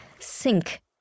sink